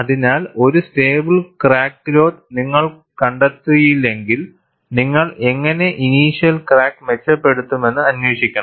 അതിനാൽ ഒരു stable crack growth നിങ്ങൾ കണ്ടെത്തിയില്ലെങ്കിൽ നിങ്ങൾ എങ്ങനെ ഇനീഷ്യൽ ക്രാക്ക് മെച്ചപ്പെടുത്തുമെന്ന് അന്വേഷിക്കണം